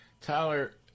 Tyler